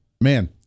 man